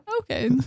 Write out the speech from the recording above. Okay